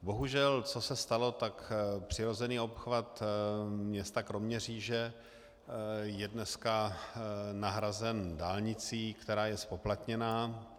Bohužel, co se stalo, tak přirozený obchvat města Kroměříže je dneska nahrazen dálnicí, která je zpoplatněna.